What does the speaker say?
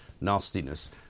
nastiness